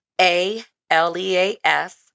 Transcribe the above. A-L-E-A-S